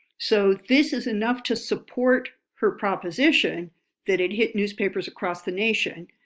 so this is enough to support her proposition that it hit newspapers across the nation,